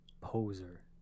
Poser